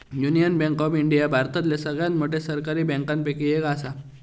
union bank of India भारतातल्या सगळ्यात मोठ्या सरकारी बँकांपैकी एक असा